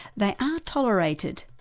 they are tolerated,